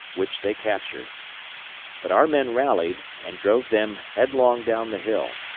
which they captured but our men rallied, and drove them headlong down the hill,